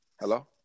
Hello